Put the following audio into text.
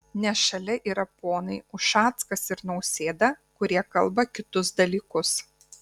nes šalia yra ponai ušackas ir nausėda kurie kalba kitus dalykus